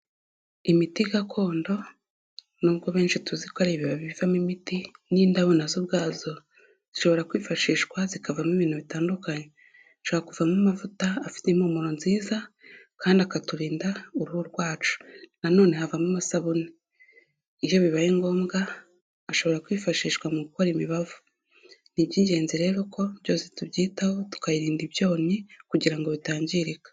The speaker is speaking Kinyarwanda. Imiti gakondo n'ubwo benshi tuzi ko ari ibibabi bivamo imiti, n'indabo na zo ubwazo zishobora kwifashishwa zikavamo ibintu bitandukanyeshaka, zishobora kuvamo amavuta afite impumuro nziza kandi akaturinda uruhu rwacu. Na none havamo amasabune iyo bibaye ngombwa ashobora kwifashishwa mu gukora imibavu. Ni iby'ingenzi rero ko byose tubyitaho tukayirinda ibyonnyi kugira ngo bitangirika.